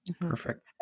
Perfect